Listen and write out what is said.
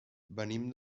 venim